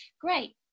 great